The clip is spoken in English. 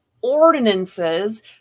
ordinances